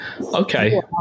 Okay